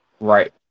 right